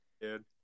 dude